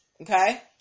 Okay